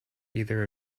either